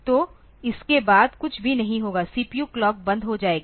तो इसके बाद कुछ भी नहीं होगा सीपीयू क्लॉक बंद हो जाएगी